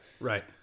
Right